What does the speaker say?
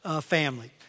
family